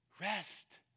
rest